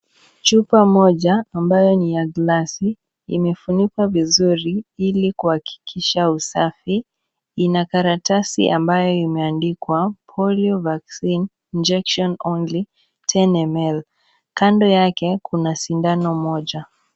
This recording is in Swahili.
Chupa moja ambayo ni ya glasi imefunikwa vizuri ili kuhakikisha usafi. Ina karatasi ambayo imeandikwa polio vaccine, injection only, 10ml . Kando yake kuna sindano moja.